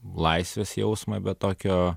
laisvės jausmą bet tokio